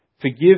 Forgive